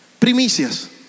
Primicias